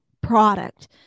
product